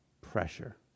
pressure